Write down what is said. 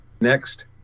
Next